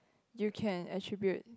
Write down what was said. you can attribute